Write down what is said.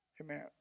amen